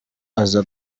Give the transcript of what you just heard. aza